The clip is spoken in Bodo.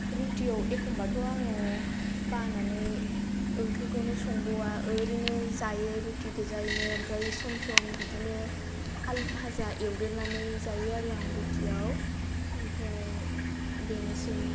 रुटियाव एखमब्लाथ' आङो बानानै ओंख्रिखौनो संबावा ओरैनो जायो रटिगोजायैनो ओमफ्राय सम सम बिदिनो आलु फाजा एवदेरनानै जायो आरो आं रुटियाव ओमफ्राय बेनोसै